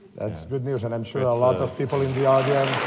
that's good news and i'm sure a lot of people in the audience.